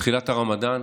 תחילת הרמדאן,